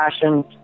passion